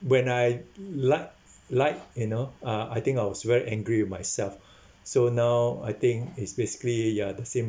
when I like like you know uh I think I was very angry with myself so now I think it's basically ya the same